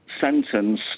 sentence